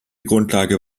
grundlage